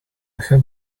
her